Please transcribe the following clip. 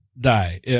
die